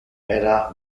era